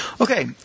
Okay